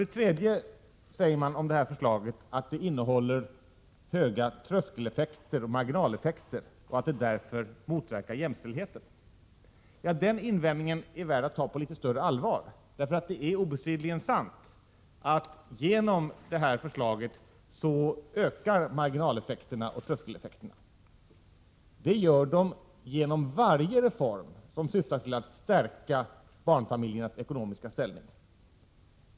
Den tredje invändningen är att förslaget innehåller höga tröskeloch marginaleffekter och därför motverkar jämställdheten. Den invändningen är värd att ta på litet större allvar. Det är obestridligen sant att marginaloch tröskeleffekterna ökar genom det här förslaget. Det gör de genom varje reform som syftar till att stärka barnfamiljernas ekonomiska ställning.